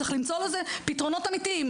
צריך למצוא לזה פתרונות אמיתיים,